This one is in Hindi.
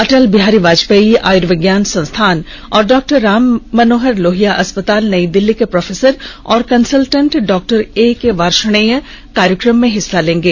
अटल बिहारी वाजपेयी आयुर्विज्ञान संस्थान और डॉक्टर राम मनोहर लोहिया अस्पताल नई दिल्ली के प्रोफेसर और कंसल्टेंट डॉक्टर एके वार्ष्णेय कार्यक्रम में हिस्सा लेंगे